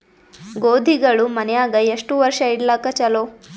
ಗೋಧಿಗಳು ಮನ್ಯಾಗ ಎಷ್ಟು ವರ್ಷ ಇಡಲಾಕ ಚಲೋ?